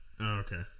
Okay